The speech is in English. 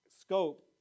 scope